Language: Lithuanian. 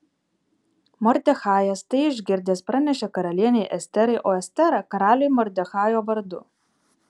mordechajas tai išgirdęs pranešė karalienei esterai o estera karaliui mordechajo vardu